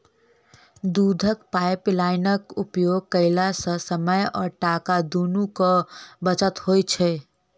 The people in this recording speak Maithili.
दूधक पाइपलाइनक उपयोग कयला सॅ समय आ टाका दुनूक बचत होइत छै